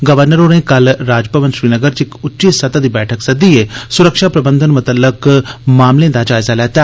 governor होरें कल राजभवन श्रीनगर च इक उच्ची सतह दी बैठक सदिदयै सुरक्षा प्रबंधन मुतल्लक मामलें दा जायजा लैता